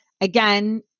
again